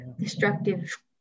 destructive